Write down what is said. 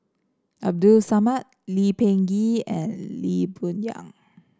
Abdul Samad Lee Peh Gee and Lee Boon Yang